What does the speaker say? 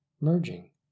merging